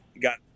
got